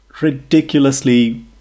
ridiculously